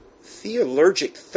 theologic